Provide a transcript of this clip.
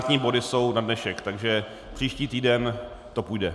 Senátní body jsou na dnešek, takže příští týden to půjde.